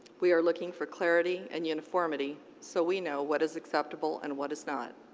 we are looking for clarity and uniformity so we know what is acceptable and what is not.